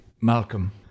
malcolm